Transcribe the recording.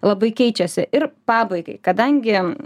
labai keičiasi ir pabaigai kadangi